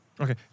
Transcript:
Okay